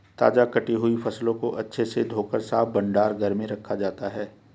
ताजा कटी हुई फसलों को अच्छे से धोकर साफ भंडार घर में रखा जाता है